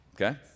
okay